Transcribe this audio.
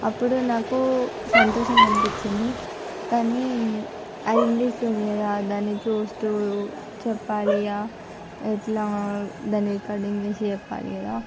అప్పుడు నాకు సంతోషం అనిపించిది కానీ అది ఇంగ్లీష్లో ఉంది కదా దాన్ని చూస్తు చెప్పాలి ఇక ఎట్లా దాన్ని ఎట్లా కటింగ్ చేసి చెప్పాలి కదా